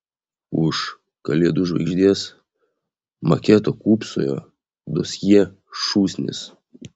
už kalėdų žvaigždės maketo kūpsojo dosjė šūsnis